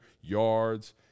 yards